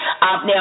Now